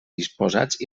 disposats